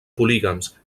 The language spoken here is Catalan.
polígams